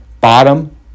bottom